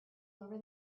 over